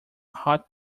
hot